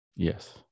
Yes